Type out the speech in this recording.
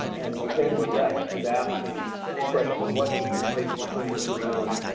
and again, we're left with asking the question, what does it take to turn this around?